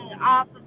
off